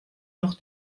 noch